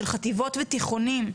של חטיבות ביניים ותיכונים,